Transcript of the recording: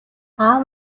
аав